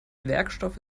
werkstoff